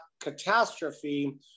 catastrophe